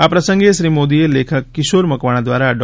આ પ્રસંગે શ્રી મોદીએ લેખક કિશોર મકવાણા દ્વારા ડો